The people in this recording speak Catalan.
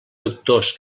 doctors